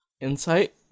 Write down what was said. Insight